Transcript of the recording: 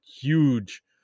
huge